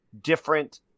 different